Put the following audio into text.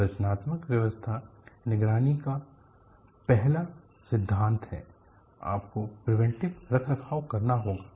संरचनात्मक स्वास्थ निगरानी का पहला सिद्धांत है आपको प्रिवेंटिव रखरखाव करना होगा